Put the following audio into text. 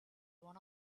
one